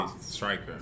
striker